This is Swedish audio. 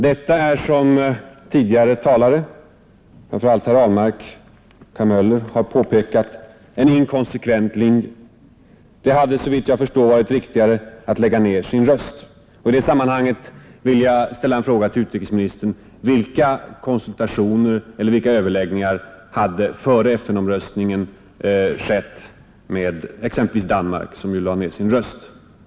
Detta är som tidigare talare, framför allt herr Ahlmark och herr Möller, påpekat en inkonsekvent linje. Det hade såvitt jag förstår varit riktigare att lägga ned sin röst. I det sammanhanget vill jag ställa en fråga till utrikesministern: Vilka konsultationer och vilka överläggningar hade före FN-omröstningen skett med exempelvis Danmark, som ju lade ned sin röst?